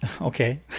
okay